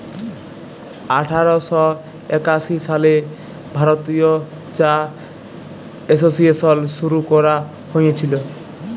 আঠার শ একাশি সালে ভারতীয় চা এসোসিয়েশল শুরু ক্যরা হঁইয়েছিল